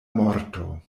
morto